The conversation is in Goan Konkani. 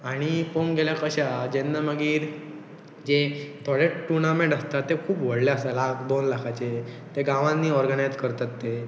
आनी पळोवंक गेल्यार कशें आहा जेन्ना मागीर जे थोडे टुर्नामेंट आसता ते खूब व्हडले आसता लाख दोन लाखांचे ते गांवानी ऑर्गनायज करतात ते